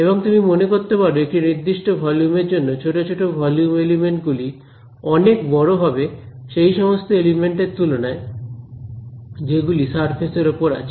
এবং তুমি মনে করতে পারো একটি নির্দিষ্ট ভলিউম এর জন্য ছোট ছোট ভলিউম এলিমেন্ট গুলি অনেক বড় হবে সেই সমস্ত এলিমেন্ট এর তুলনায় যেগুলি সারফেস এর উপর আছে